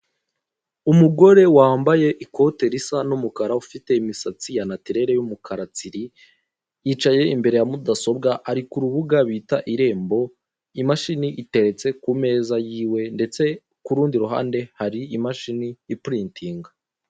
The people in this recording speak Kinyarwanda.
Umugore wambaye ikoti risa n'umukara ufite imisatsi ya natirere y'umukara tsiri yicaye imbere ya mudasobwa ari ku rubuga rwitwa irembo imbere ye hari imashini ipuritinga.